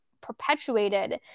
perpetuated